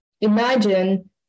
imagine